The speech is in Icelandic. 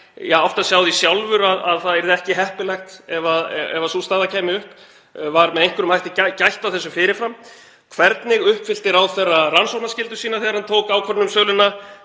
á því sjálfur að það yrði ekki heppilegt ef sú staða kæmi upp. Var með einhverjum hætti gætt að þessu fyrir fram? Hvernig uppfyllti ráðherra rannsóknarskyldu sína þegar hann tók ákvörðun um söluna?